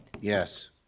Yes